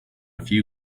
few